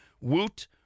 Woot